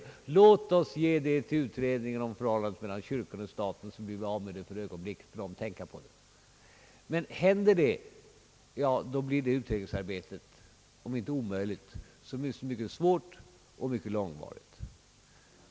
Då säger de kanske: Låt oss ge det till utredningen om förhållandet mellan kyrkan och staten, så blir vi av med det. Men händer detta, då blir utredningsarbetet, om inte omöjligt, så mycket svårt och långvarigt.